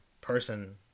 person